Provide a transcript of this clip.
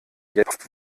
jetzt